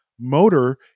Motor